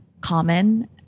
common